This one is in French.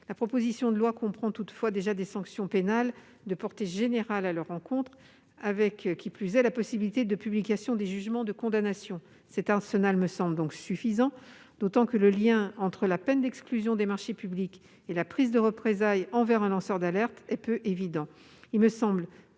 La proposition de loi comprend toutefois déjà des sanctions pénales de portée générale à leur endroit et prévoit, en outre, une possibilité de publication des jugements de condamnation. Cet arsenal me semble suffisant, d'autant que le lien entre la peine d'exclusion des marchés publics et la prise de représailles envers un lanceur d'alerte est peu évident. Il me semble